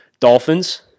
Dolphins